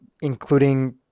including